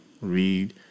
Read